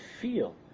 feel